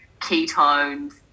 ketones